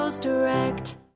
Direct